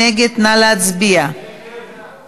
ענישה ודרכי טיפול) (דרכי ענישה,